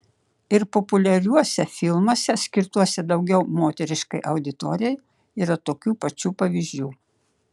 ir populiariuose filmuose skirtuose daugiau moteriškai auditorijai yra tokių pačių pavyzdžių